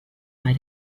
bei